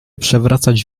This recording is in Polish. przewracać